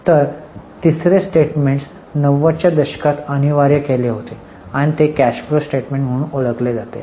तर तिसरे स्टेटमेंट 90 च्या दशकात अनिवार्य केले होते आणि ते कॅश फ्लो स्टेटमेंट म्हणून ओळखले जाते